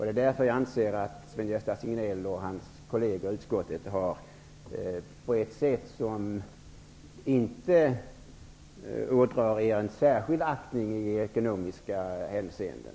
Det är därför som jag anser att Sven-Gösta Signell och hans kolleger i utskottet har agerat på ett sätt som inte ådrar dem någon särskild aktning i ekonomiska hänseenden.